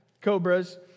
cobras